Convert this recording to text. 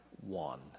one